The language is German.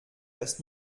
das